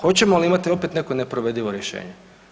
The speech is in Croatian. Hoćemo li imati opet neko neprovedivo rješenje?